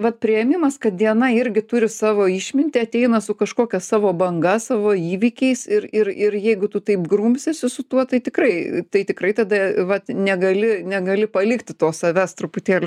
vat priėmimas kad diena irgi turi savo išmintį ateina su kažkokia savo banga savo įvykiais ir ir ir jeigu tu taip grumsiesi su tuo tai tikrai tai tikrai tada vat negali negali palikti to savęs truputėlį